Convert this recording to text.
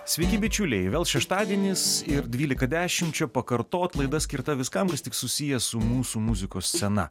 sveiki bičiuliai vėl šeštadienis ir dvylika dešimt čia pakartot laida skirta viskam kas tik susiję su mūsų muzikos scena